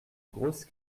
grosse